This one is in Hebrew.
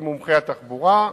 עם מומחי התחבורה,